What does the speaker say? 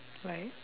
like